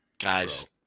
guys